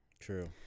True